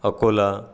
Akola